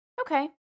Okay